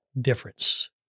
difference